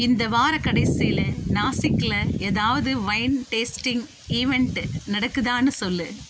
இந்த வாரக்கடைசியில் நாசிக்கில் ஏதாவது வைன் டேஸ்டிங் ஈவென்ட்டு நடக்குதான்னு சொல்